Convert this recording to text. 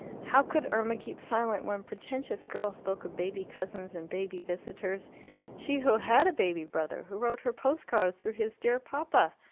how could irma keep silent when pretentious girls spoke of baby cousins and baby visitors she who had a baby brother, who wrote her post-cards through his dear papa?